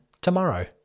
tomorrow